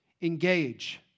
engage